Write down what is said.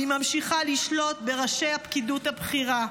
והיא ממשיכה לשלוט בראשי הפקידות הבכירה.